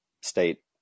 state